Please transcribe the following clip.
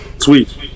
Sweet